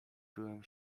byłem